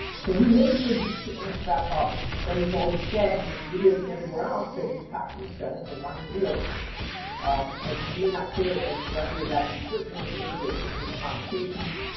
so he made real geeks to answer that problem but he's always said in his videos and everywhere else that his passion is selling hawaiian real estate um and he may not say it as directly as that but he certainly infers it in his conversations.